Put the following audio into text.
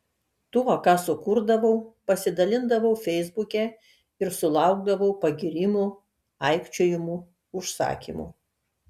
tuo ką sukurdavau pasidalindavau feisbuke ir sulaukdavau pagyrimų aikčiojimų užsakymų